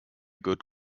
good